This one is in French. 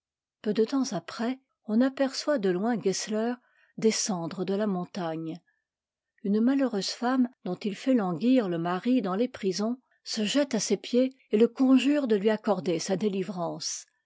peu de temps après on aperçoit de loin gessler descendre de la montagne une malheureuse femme dont il fait languir le mari dans les prisons se jette à ses pieds et le conjure de lui accorder sa délivrance